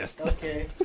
Okay